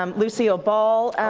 um lucille ball,